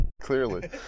Clearly